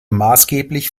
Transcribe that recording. maßgeblich